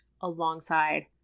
alongside